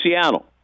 Seattle